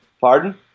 Pardon